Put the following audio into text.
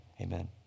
amen